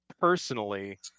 Personally